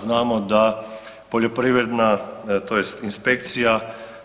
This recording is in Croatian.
Znamo da poljoprivredna tj. inspekcija